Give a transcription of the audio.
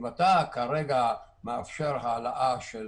אם אתה כרגע מאפשר העלאה של